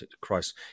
Christ